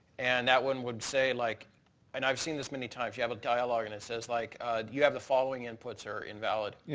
and that one would say. like and i've seen this many times. you have a dialog and it says like you have the following inputs are invalid.